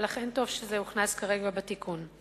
ולכן טוב שזה הוכנס כרגע בתיקון.